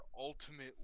ultimately